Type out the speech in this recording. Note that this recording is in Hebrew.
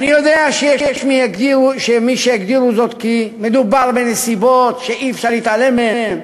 אני יודע שיש מי שיאמרו כי מדובר בנסיבות שאי-אפשר להתעלם מהן,